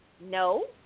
no